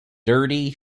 dirty